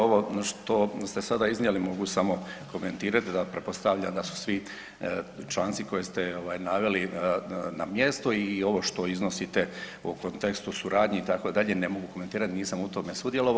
Ovo što ste sada iznijeli mogu samo komentirat da pretpostavljam da su svi članci koje ste ovaj naveli na mjestu i ovo što iznosite u kontekstu suradnje itd., ne mogu komentirati, nisam u tome sudjelovao.